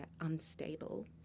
unstable